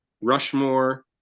Rushmore